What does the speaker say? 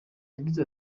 yagize